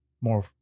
more